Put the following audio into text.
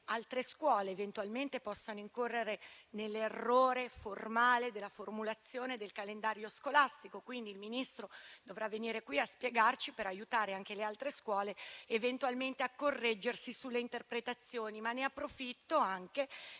altre scuole, eventualmente, possano incorrere nell'errore formale della formulazione del calendario scolastico. Quindi il Ministro dovrà venire qui a spiegarci, per aiutare anche le altre scuole ed eventualmente a correggersi sulle interpretazioni. Approfitto di